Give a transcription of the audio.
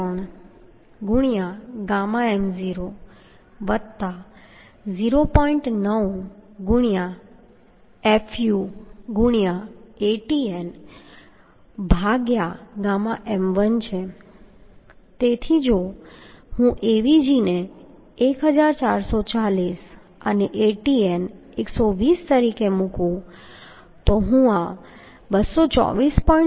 9 fuAtnɣm1 તેથી જો હું Avg ને 1440 અને Atn 120 તરીકે મૂકું તો હું 224